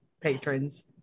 patrons